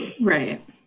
Right